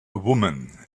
woman